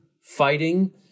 fighting